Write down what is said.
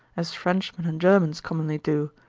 as frenchmen and germans commonly do,